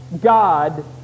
God